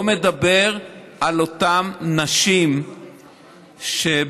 ולא מדבר על אותן נשים שבחלקן,